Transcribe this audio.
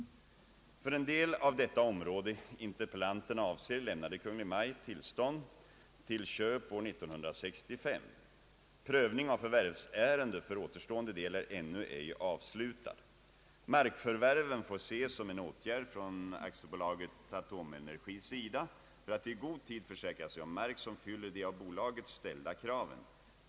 För en del av det område interpellanten avser lämnade Kungl. Maj:t tillstånd till köp år 1965. Prövning av förvärvsärende för återstående del är ännu ej avslutad. Markförvärven får ses som en åtgärd från AB Atomenergis sida för att i god tid försäkra sig om mark som fyller de av bolaget ställda kraven.